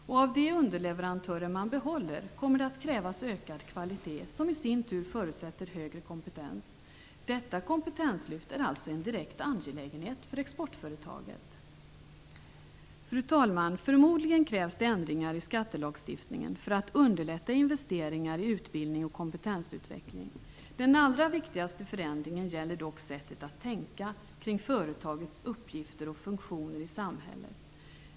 Och av de underleverantörer som man behåller kommer det att krävas ökad kvalitet, som i sin tur förutsätter högre kompetens. Detta kompetenslyft är alltså en direkt angelägenhet för exportföretaget. Fru talman! Förmodligen krävs det ändringar i skattelagstiftningen för att underlätta investeringar i utbildning och kompetensutveckling. Den allra viktigaste förändringen gäller dock sättet att tänka kring företagets uppgifter och funktioner i samhället.